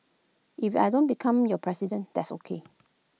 if I don't become your president that's ok